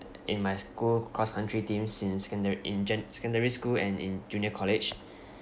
in my school cross country team since secondary in gen secondary school and in junior college